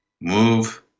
move